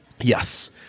yes